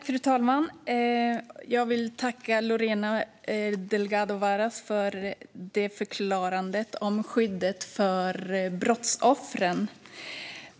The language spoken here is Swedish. Fru talman! Jag vill tacka Lorena Delgado Varas för klargörandet om skydd för brottsoffren.